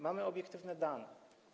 Mamy obiektywne dane.